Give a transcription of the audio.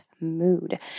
Mood